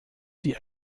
die